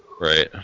Right